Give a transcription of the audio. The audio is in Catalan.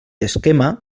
esquema